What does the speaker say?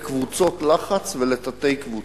לקבוצות לחץ ולתתי-קבוצות.